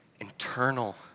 internal